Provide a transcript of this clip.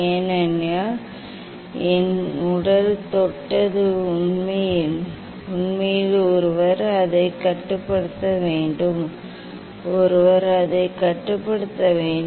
ஏனென்றால் என் உடல் தொட்டது உண்மையில் ஒருவர் அதைக் கட்டுப்படுத்த வேண்டும் ஒருவர் அதைக் கட்டுப்படுத்த வேண்டும்